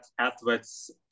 athletes